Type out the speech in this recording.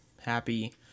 happy